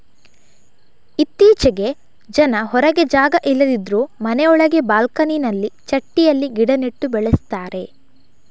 ಇತ್ತೀಚೆಗೆ ಜನ ಹೊರಗೆ ಜಾಗ ಇಲ್ಲದಿದ್ರೂ ಮನೆ ಒಳಗೆ ಬಾಲ್ಕನಿನಲ್ಲಿ ಚಟ್ಟಿಯಲ್ಲಿ ಗಿಡ ನೆಟ್ಟು ಬೆಳೆಸ್ತಾರೆ